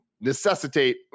necessitate